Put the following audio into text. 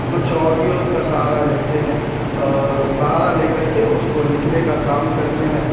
کچھ آڈیوز کا سہارا لیتے ہیں اور سہارا لے کر کے اس کو لکھنے کا کام کرتے ہیں